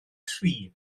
tri